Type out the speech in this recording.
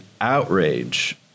outrage